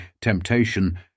temptation